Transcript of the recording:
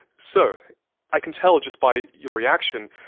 so i can tell just by your reaction,